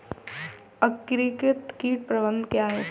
एकीकृत कीट प्रबंधन क्या है?